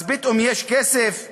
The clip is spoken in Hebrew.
אז פתאום יש כסף לתוספת,